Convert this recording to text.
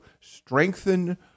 strengthen